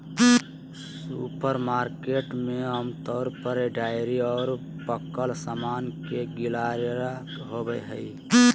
supermarket में आमतौर पर डेयरी और पकल सामान के गलियारा होबो हइ